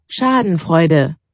Schadenfreude